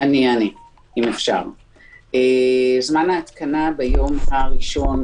חרי שאישרנו את השחרור שלהם.